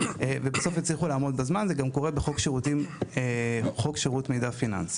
ובסוף הצליחו לעמדו בזמן זה גם קורה בחוק שירות מידע פיננסי.